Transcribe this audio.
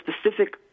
specific